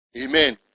Amen